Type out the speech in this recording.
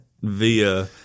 via –